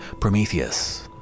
Prometheus